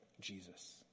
Jesus